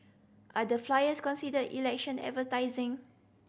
are the flyers considered election advertising